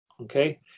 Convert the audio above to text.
Okay